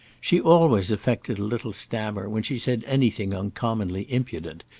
she always affected a little stammer when she said anything uncommonly impudent,